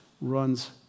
runs